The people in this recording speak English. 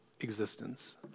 existence